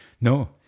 no